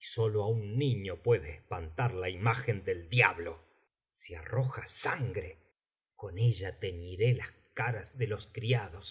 y sólo á un niño puede espantar la imagen del diablo si arroja sangre lady mac macb lady mac acto segundo escena ke con ella teñiré las caras de los criados